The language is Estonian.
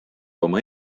oma